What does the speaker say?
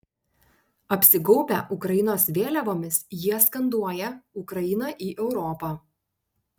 apsigaubę ukrainos vėliavomis jie skanduoja ukrainą į europą